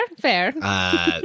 fair